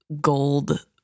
gold